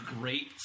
great